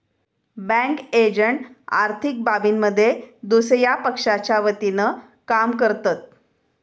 bank agent आर्थिक बाबींमध्ये दुसया पक्षाच्या वतीनं काम करतत